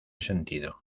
sentido